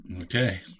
Okay